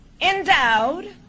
endowed